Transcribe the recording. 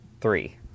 three